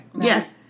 Yes